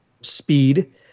speed